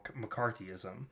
McCarthyism